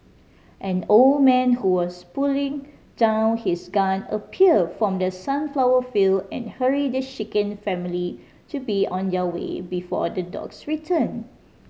an old man who was putting down his gun appeared from the sunflower field and hurried the shaken family to be on their way before the dogs return